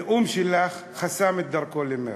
הנאום שלך חסם את דרכו למרצ,